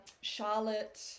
charlotte